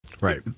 Right